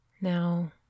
Now